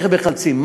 איך מחלצים,